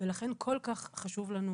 ולכן כל כך חשוב לנו